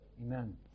amen